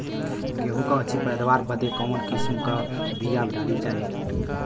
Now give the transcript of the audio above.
गेहूँ क अच्छी पैदावार बदे कवन किसीम क बिया डाली जाये?